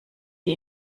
die